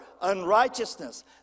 unrighteousness